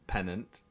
Pennant